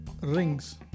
rings